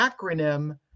acronym